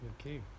Okay